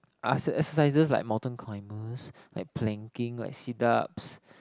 are exercises like mountain climbers like planking like sit ups